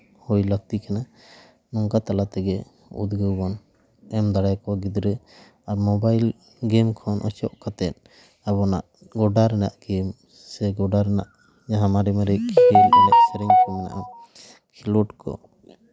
ᱦᱳᱭ ᱞᱟᱹᱠᱛᱤ ᱠᱟᱱᱟ ᱱᱚᱝᱠᱟ ᱛᱟᱞᱟ ᱛᱮᱜᱮ ᱩᱫᱽᱜᱟᱹᱣ ᱵᱚᱱ ᱮᱢ ᱫᱟᱲᱮ ᱠᱚᱣᱟ ᱜᱤᱫᱽᱨᱟᱹ ᱟᱨ ᱢᱚᱵᱟᱭᱤᱞ ᱜᱮᱢ ᱠᱷᱮᱱ ᱚᱪᱚᱜ ᱠᱟᱛᱮ ᱟᱵᱚᱱᱟᱜ ᱜᱚᱰᱟ ᱨᱮᱱᱟᱜ ᱜᱮᱢ ᱥᱮ ᱜᱚᱰᱟ ᱨᱮᱱᱟᱜ ᱡᱟᱦᱟᱸ ᱢᱟᱨᱮ ᱢᱟᱨᱮ ᱠᱷᱮᱞ ᱮᱱᱮᱡ ᱥᱮᱨᱮᱧ ᱠᱚ ᱢᱮᱱᱟᱜᱼᱟ ᱠᱷᱮᱞᱳᱰ ᱠᱚ